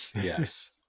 Yes